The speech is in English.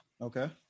Okay